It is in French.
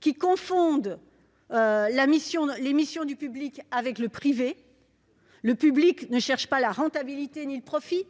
qui confondent les missions du public avec celles du privé. Le public ne cherche ni la rentabilité ni le profit :